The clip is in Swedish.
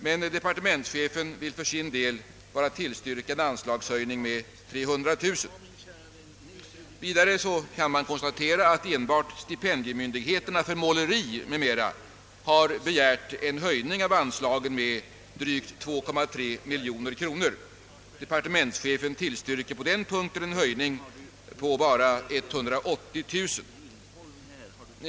Men departementschefen vill för sin del bara tillstyrka en anslagshöjning på 300 000 kronor. Vidare kan man konstatera att enbart stipendiemyndigheterna för måleri m.m. har begärt en höjning av anslagen på drygt 2,3 miljoner kronor. Departementschefen tillstyrker på denna punkt en höjning på bara 180 000 kronor.